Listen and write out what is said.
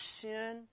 sin